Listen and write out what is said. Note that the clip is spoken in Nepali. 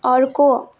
अर्को